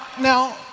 now